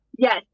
Yes